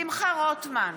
שמחה רוטמן,